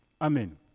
Amen